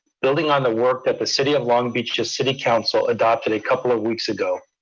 building on the work that the city of long beach's city council adopted a couple of weeks ago.